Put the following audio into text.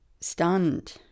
stunned